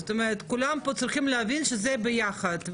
זאת אומרת כולם פה צריכים להבין שזה ביחד.